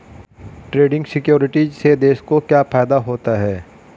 Trading securities से देश को क्या फायदा होता है?